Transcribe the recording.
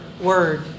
word